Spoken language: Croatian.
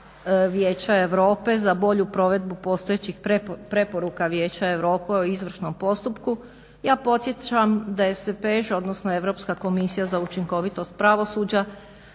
Vijeća Europe za bolju provedbu postojećih preporuka Vijeća Europe o izvršnom postupku. Ja podsjećam da je Spež odnosno Europska komisija za učinkovitost pravosuđa